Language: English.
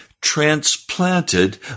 Transplanted